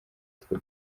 utwo